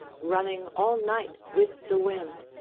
running all night with the wind.